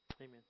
Amen